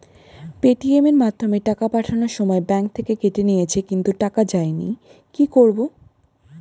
Paytm এর মাধ্যমে টাকা পাঠানোর সময় ব্যাংক থেকে কেটে নিয়েছে কিন্তু টাকা যায়নি কি করব?